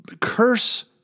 curse